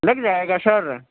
لگ جائے گا سر